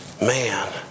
Man